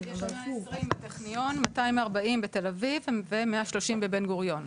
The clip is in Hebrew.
יש 120 בטכניון, 240 בתל אביב ו- 130 בבן גוריון.